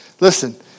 Listen